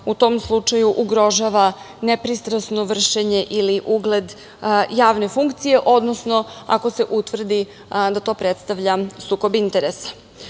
u tom slučaju ugrožava nepristrasno vršenje ili ugled javne funkcije, odnosno ako se utvrdi da to predstavlja sukob interesa. Ono